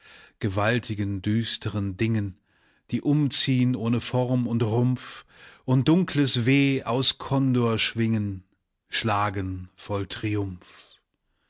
gewaltigen düsteren dingen die umziehn ohne form und rumpf und dunkles weh aus kondorschwingen schlagen voll triumph